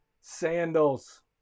sandals